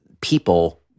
people